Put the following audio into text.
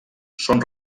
són